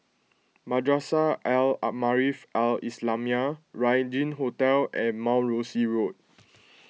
Madrasah Al Maarif Al Islamiah Regin Hotel and Mount Rosie Road